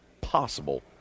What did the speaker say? possible